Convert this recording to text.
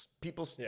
people